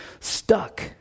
stuck